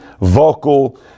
vocal